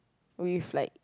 with like